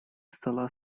стола